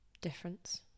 difference